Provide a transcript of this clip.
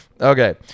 Okay